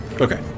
Okay